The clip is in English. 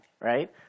right